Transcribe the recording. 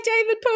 David